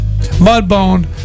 Mudbone